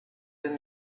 than